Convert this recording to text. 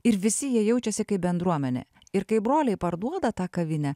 ir visi jie jaučiasi kaip bendruomenė ir kai broliai parduoda tą kavinę